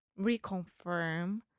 reconfirm